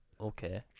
Okay